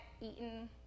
eaten